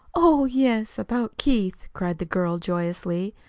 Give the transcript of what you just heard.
oh, yes, about keith, cried the girl joyously.